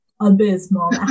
abysmal